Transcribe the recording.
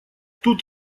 тут